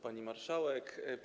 Pani Marszałek!